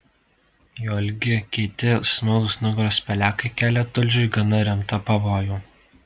jo ilgi kieti smailūs nugaros pelekai kelia tulžiui gana rimtą pavojų